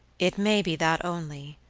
it may be that only,